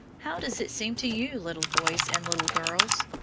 how does it seem to you little boys and little girls?